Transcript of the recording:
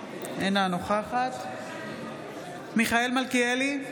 אינה נוכחת מיכאל מלכיאלי,